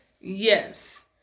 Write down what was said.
Yes